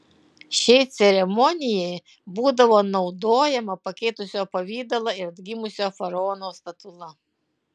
šiai ceremonijai būdavo naudojama pakeitusio pavidalą ir atgimusio faraono statula